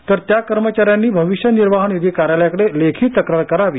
तर त्या कर्मचार्यांनी भविष्य निर्वाह निधी कार्यालयाकडे लेखी तक्रार करावी